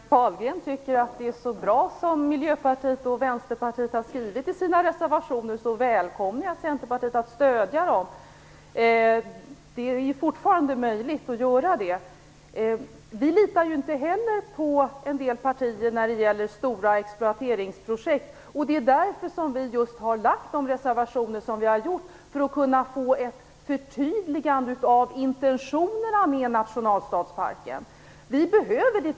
Herr talman! Om Andreas Carlgren tycker att det som Miljöpartiet och Vänsterpartiet har skrivit i reservationerna är så bra så välkomnar jag Centerpartiet att stödja dem. Det är fortfarande möjligt att göra det. Vi litar inte heller på en del partier när det gäller stora exploateringsprojekt. Det är för att få ett förtydligande av intentionerna med nationalstadsparken som vi har reserverat oss.